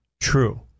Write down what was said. true